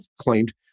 claimed